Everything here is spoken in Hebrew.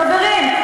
חברים,